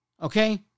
Okay